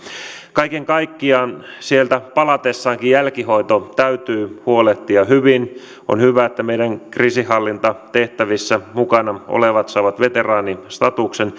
kaiken kaikkiaan sieltä palattaessakin jälkihoito täytyy huolehtia hyvin on hyvä että meidän kriisinhallintatehtävissä mukana olevat saavat veteraanistatuksen